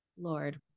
Lord